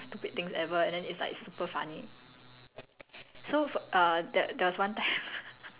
like when him and my mother argue right it's like they argue about the the s~ the most stupid things ever and then it's like super funny